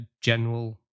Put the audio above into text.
general